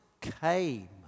came